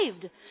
saved